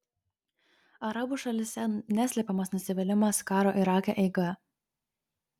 arabų šalyse neslepiamas nusivylimas karo irake eiga